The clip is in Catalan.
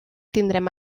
tindrem